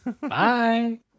Bye